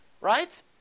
right